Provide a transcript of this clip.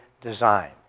design